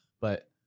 But-